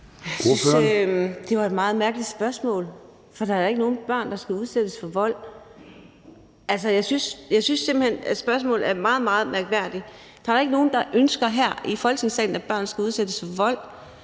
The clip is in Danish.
det var et meget mærkeligt spørgsmål, for der er da ikke nogen børn, der skal udsættes for vold. Altså, jeg synes simpelt hen, at spørgsmålet er meget, meget mærkværdigt; der er da ikke nogen her i Folketingssalen, der ønsker, at børn skal udsættes for vold.